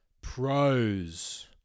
pros